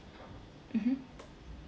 mmhmm